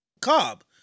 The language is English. Cobb